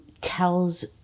tells